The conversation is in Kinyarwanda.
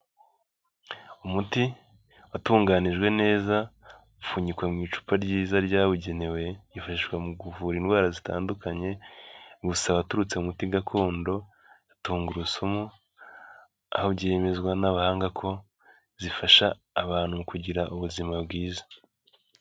Umuti watunganijwe neza upfunyikwa mu icupa ryiza ryabugenewe, wifashishwa mu kuvura indwara zitandukanye gusa waturutse mu muti gakondo tungurusumu, aho byemezwa n'abahanga ko zifasha abantu kugira ubuzima bwiza.